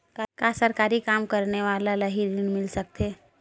का सरकारी काम करने वाले ल हि ऋण मिल सकथे?